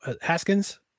Haskins